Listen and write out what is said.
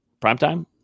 primetime